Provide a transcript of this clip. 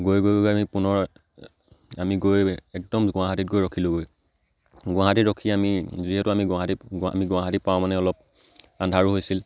গৈ গৈ গৈ আমি পুনৰ আমি গৈ একদম গুৱাহাটীত গৈ ৰখিলোঁ গৈ গুৱাহাটীত ৰখি আমি যিহেতু আমি গুৱাহাটীত আমি গুৱাহাটী পাওঁ মানে অলপ আন্ধাৰো হৈছিল